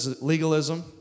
legalism